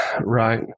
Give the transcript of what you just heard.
Right